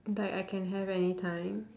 like I can have any time